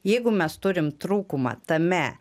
jeigu mes turim trūkumą tame